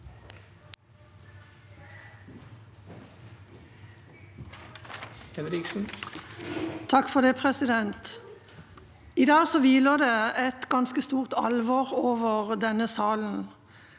I dag hviler det et ganske stort alvor over denne salen.